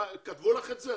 כתבו לך את זה?